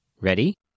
Ready